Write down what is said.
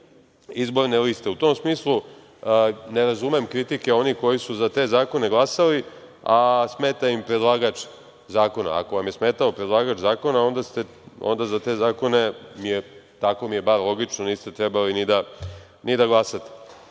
izborne liste.U tom smislu ne razumem kritike onih koji su za te zakone glasali, a smeta im predlagač zakona. Ako vam je smetao predlagač zakona, onda za te zakone, tako mi je bar logično, niste trebali ni da glasate. Naravno,